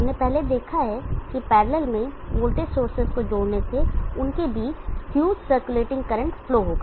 हमने पहले देखा है कि पैरलल में वोल्टेज सोर्सेज को जोड़ने से उनके बीच हयूज सर्कुलेटिंग करंट फ्लो होगा